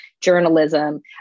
journalism